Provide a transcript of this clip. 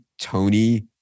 Tony